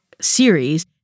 series